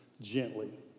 gently